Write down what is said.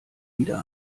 wieder